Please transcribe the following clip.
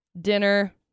Dinner